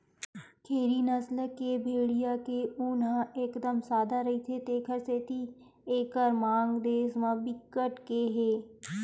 खेरी नसल के भेड़िया के ऊन ह एकदम सादा रहिथे तेखर सेती एकर मांग देस म बिकट के हे